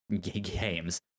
games